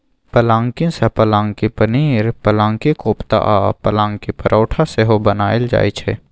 पलांकी सँ पलांकी पनीर, पलांकी कोपता आ पलांकी परौठा सेहो बनाएल जाइ छै